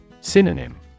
Synonym